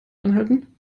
anhalten